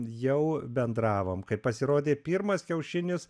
jau bendravom kaip pasirodė pirmas kiaušinis